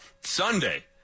Sunday